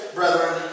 brethren